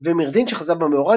ומירדין שחזה במאורע,